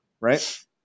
right